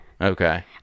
Okay